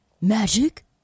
Magic